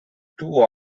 two